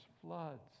floods